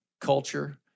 culture